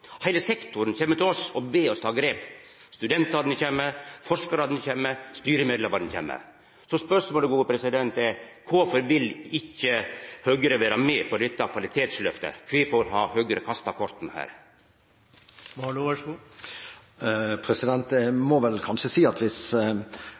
Heile sektoren kjem til oss og ber oss ta grep – studentane kjem, forskarane kjem, styremedlemane kjem. Spørsmålet er: Kvifor vil ikkje Høgre vera med på dette kvalitetsløftet, kvifor har Høgre kasta